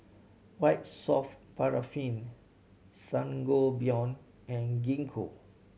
White Soft Paraffin Sangobion and Gingko